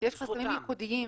חסמים ייחודיים.